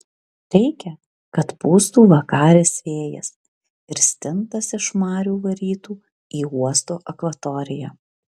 reikia kad pūstų vakaris vėjas ir stintas iš marių varytų į uosto akvatoriją